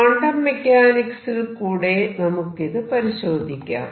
quantum മെക്കാനിക്സിൽ കൂടെ നമുക്കിത് പരിശോധിക്കാം